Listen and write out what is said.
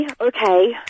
okay